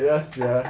yes sia